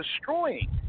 destroying